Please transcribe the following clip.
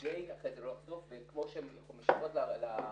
כדי אחרי זה לא לחשוף, כמו שהן משקרות לוועדה.